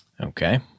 Okay